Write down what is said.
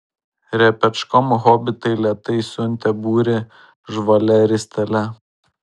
repečkom hobitai lėtai siuntė būrį žvalia ristele